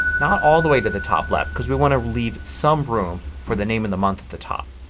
not all the way to the top left because we want to leave some room for the name of and the month at the top.